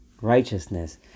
righteousness